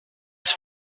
its